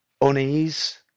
unease